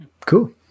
cool